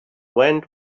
went